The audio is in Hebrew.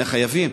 מהחייבים.